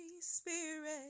Spirit